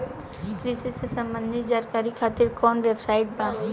कृषि से संबंधित जानकारी खातिर कवन वेबसाइट बा?